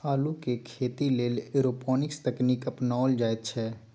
अल्लुक खेती लेल एरोपोनिक्स तकनीक अपनाओल जाइत छै